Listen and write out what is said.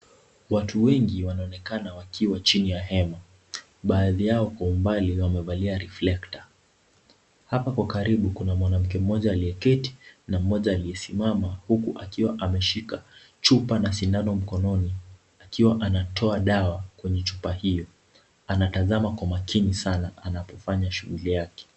Watu wengi wanaonekana wakiwa chini ya hema, baadhi yao kwa umbali wamevalia reflector . Hapa kwa karibu, kuna mwanamke mmoja aliyeketi, na mmoja aliyesimama huku akiwa ameshika chupa na sindano mkononi, akiwa anatoa dawa kwenye chupa hiyo. Anatazama kwa makini sana anapofanya shughuli yake.